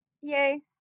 yay